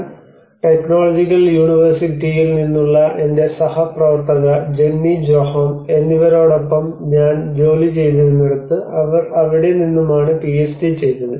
Nilsson Lulea technological യൂണിവേഴ്സിറ്റിയിൽ നിന്നുള്ള എന്റെ സഹപ്രവർത്തക ജെന്നി ജോഹോം എന്നിവരോടൊപ്പം ഞാൻ ജോലി ചെയ്തിരുന്നിടത്ത് അവർ അവിടെ നിന്നുമാണ് പിഎച്ച്ഡി ചെയ്തത്